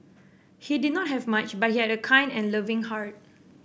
he did not have much but he had a kind and loving heart